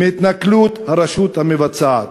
מהתנכלות הרשות המבצעת.